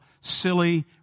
silly